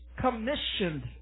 commissioned